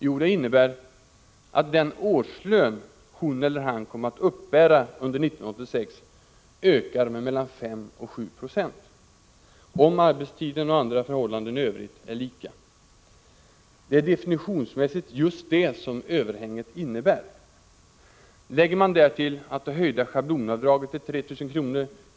Jo, det innebär att den årslön hon eller han kommer att uppbära under 1986 ökar med mellan 5 och 7 26, om arbetstiden och andra förhållanden i övrigt är lika. Det är definitionsmässigt just det som överhänget innebär. Lägger man därtill att det höjda schablonavdraget till 3 000 kr.